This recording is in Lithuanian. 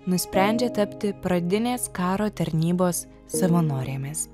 nusprendžia tapti pradinės karo tarnybos savanorėmis